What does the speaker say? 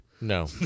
No